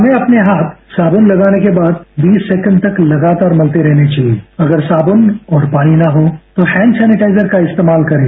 हमें अपने हाथ साबुन लगाने के बाद बीस सैकेंड तक लगातार मलते रहने चाहिए अगर साबुन और पानी न हो तो हैंड सैनीटाइजर का इस्तेमाल करें